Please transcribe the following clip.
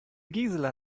gisela